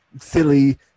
silly